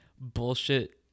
bullshit